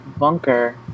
bunker